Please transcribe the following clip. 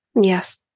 Yes